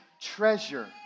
treasure